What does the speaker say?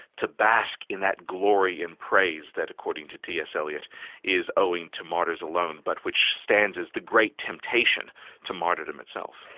to bask in that glory and praise that according to ts eliot is owing to martyrs alone, but which stands as the great temptation to martyrdom itself.